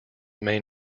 main